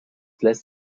lässt